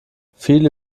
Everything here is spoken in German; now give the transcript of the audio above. viele